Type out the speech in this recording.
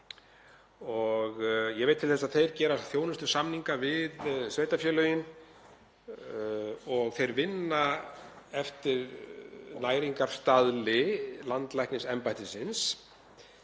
og ég veit til þess að þeir gera þjónustusamninga við sveitarfélögin og vinna eftir næringarstaðli landlæknisembættisins,